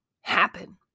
happen